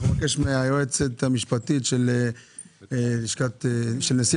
נבקש לשמוע מהיועצת המשפטית של לשכת נשיא